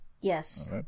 Yes